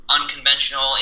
unconventional